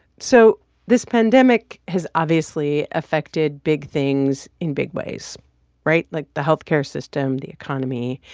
so this pandemic has obviously affected big things in big ways right? like the health care system, the economy.